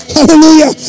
Hallelujah